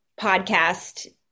podcast